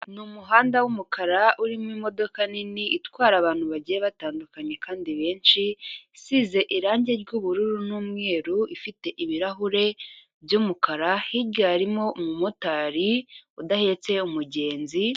Ni umuhanda w'umukara urimo imodoka nini itwara abantu bagiye batandukanye kandi benshi isize irange ry'ubururu n'umweru ifite ibirahure by'umukara, hirya harimo umumotari udahetse umugenzi.